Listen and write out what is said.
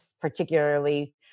particularly